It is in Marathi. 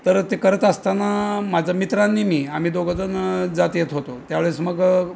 तर ते करत असताना माझं मित्रांनी मी आमी दोघं जण जात येत होतो त्यावेळेस मग